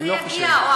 זה יגיע.